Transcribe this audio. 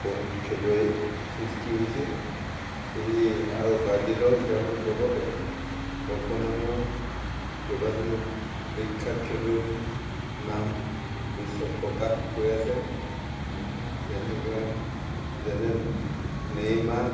বহুত খেলুৱৈ সৃষ্টি হৈছে সেই আৰু বাৰ্জিলৰ তেওঁৰ লগতে বৰ্তমানৰ কেইবাজনো বিখ্যাত খেলুৱৈৰ নাম বিশ্বত প্ৰকাশ হৈ আছে যেনেকৈ যেনে নেইমাৰ